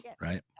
Right